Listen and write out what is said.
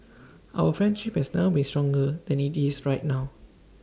our friendship has never been stronger than IT is right now